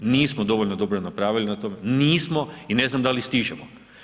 Nismo dovoljno dobro napravili na tome, nismo i ne znam da li stižemo.